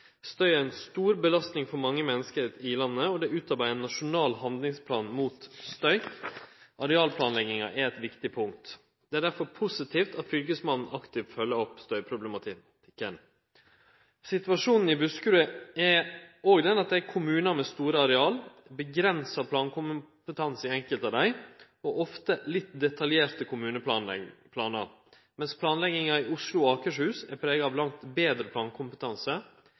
Støy er ei stor belastning for mange menneske i landet, og det er utarbeidd ein nasjonal handlingsplan mot støy. Arealplanlegginga er eit viktig punkt, og det er derfor positivt at Fylkesmannen aktivt følgjer opp støyproblematikken. Situasjonen i Buskerud er òg den at det er ein kommune med store areal, avgrensa plankompetanse i enkelte av dei og ofte litt detaljerte kommuneplanar, mens planlegginga i Oslo og Akershus er prega av ein langt betre